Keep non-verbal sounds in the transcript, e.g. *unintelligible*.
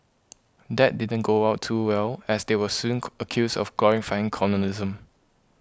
that didn't go well too well as they were soon *unintelligible* accused of glorifying colonialism